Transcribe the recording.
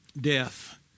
death